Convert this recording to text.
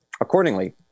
Accordingly